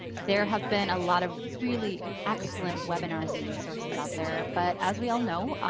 there have been a lot of really excellent webinars and resources out there. but as we all know,